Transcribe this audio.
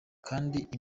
kwandika